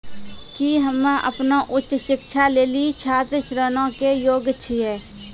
कि हम्मे अपनो उच्च शिक्षा लेली छात्र ऋणो के योग्य छियै?